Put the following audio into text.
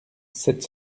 sept